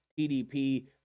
TDP